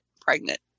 pregnant